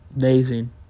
Amazing